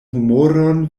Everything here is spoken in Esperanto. humoron